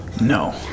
No